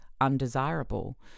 undesirable